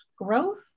growth